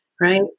Right